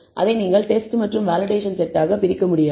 அதை நீங்கள் டெஸ்ட் மற்றும் வேலிடேஷன் செட்டாக பிரிக்க முடியாது